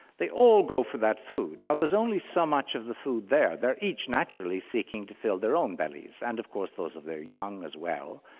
they all go for that food. now there's only so much of the food there. they're each naturally seeking to fill their own bellies and of course those of their young as well.